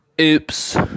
Oops